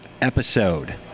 episode